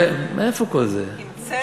מאיפה כל זה?